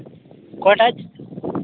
ᱚᱠᱚᱭ ᱴᱷᱮᱱ